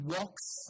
walks